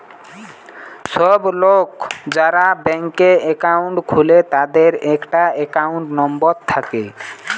সব লোক যারা ব্যাংকে একাউন্ট খুলে তাদের একটা একাউন্ট নাম্বার থাকে